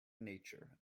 nature